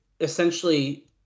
essentially